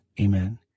Amen